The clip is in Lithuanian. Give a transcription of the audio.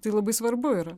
tai labai svarbu yra